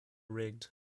rigged